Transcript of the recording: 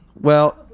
Well-